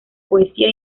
poesía